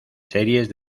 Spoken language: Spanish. series